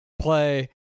play